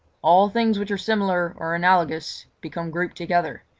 all things which are similar or analogous become grouped together,